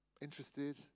interested